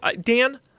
Dan